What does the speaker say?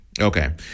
Okay